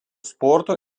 sporto